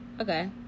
okay